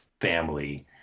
family